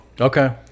Okay